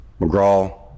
McGraw